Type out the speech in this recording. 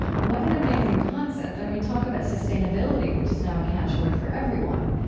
what an amazing concept. i mean, talk about sustainability, which is now a catchword for everyone